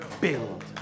build